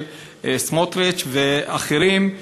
של סמוטריץ ואחרים,